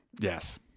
Yes